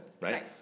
right